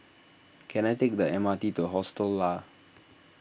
can I take the M R T to Hostel Lah